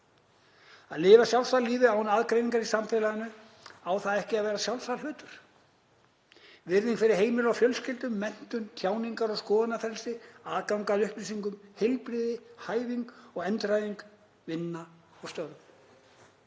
Að lifa sjálfstæðu lífi án aðgreiningar í samfélaginu, á það ekki að vera sjálfsagður hlutur? Virðing fyrir heimili og fjölskyldu, menntun, tjáningar- og skoðanafrelsi, aðgangur að upplýsingum, heilbrigði, hæfing og endurhæfing, vinna og störf,